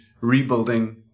rebuilding